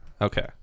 okay